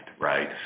right